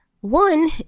one